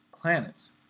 planets